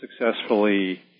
successfully